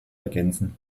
ergänzen